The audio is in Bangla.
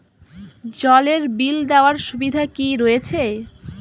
জলের বিল দেওয়ার সুবিধা কি রয়েছে?